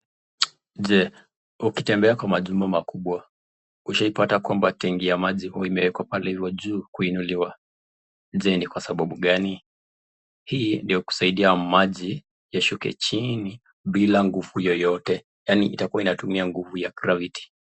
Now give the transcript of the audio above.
Je? ukitembea kwa majumba makubwa ushaipata tenki ya maji huwa imewekwa pale juu kuinuliwa, je ni kwa sababu gani? Hii ndo kusaidia maji yakushuke chini bila nguvu yeyote, yaani itakuwa inatumia nguvu ya gravity .